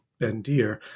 bendir